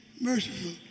merciful